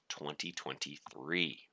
2023